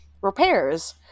repairs